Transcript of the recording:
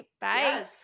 bye